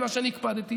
זה מה שאני הקפדתי.